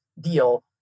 deal